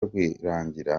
rwirangira